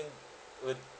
with